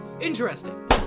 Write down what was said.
interesting